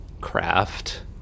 craft